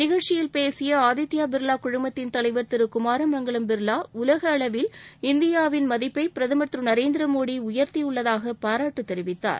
நிகழ்ச்சியில் பேசிய ஆதித்யா பிர்லா குழுமத்தின் தலைவர் திரு குமாரமங்கலம் பிர்லா உலகளவில் இந்தியாவின் மதிப்பை பிரதமர் திரு நரேந்திரமோடி உயர்த்தியுள்ளதாக பாராட்டு தெரிவித்தார்